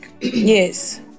yes